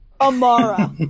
Amara